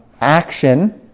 action